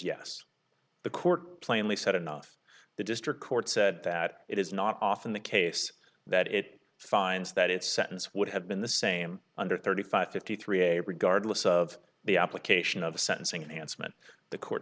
yes the court plainly said enough the district court said that it is not often the case that it finds that it's sentence would have been the same under thirty five fifty three a regardless of the application of a sentencing announcement the court